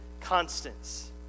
constants